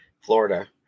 Florida